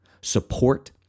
support